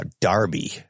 Darby